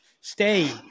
stay